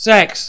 Sex